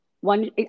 one